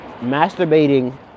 masturbating